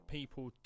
People